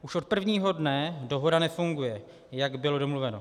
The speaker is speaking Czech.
Už od prvního dne dohoda nefunguje, jak bylo domluveno.